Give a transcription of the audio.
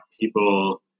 people